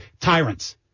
tyrants